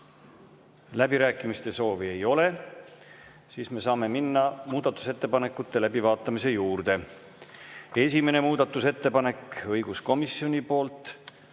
Läbirääkimiste soovi ei ole. Siis me saame minna muudatusettepanekute läbivaatamise juurde. Esimene muudatusettepanek, õiguskomisjonilt,